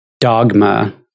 dogma